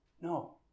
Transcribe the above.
No